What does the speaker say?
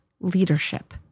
leadership